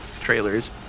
trailers